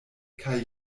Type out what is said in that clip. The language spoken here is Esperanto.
kaj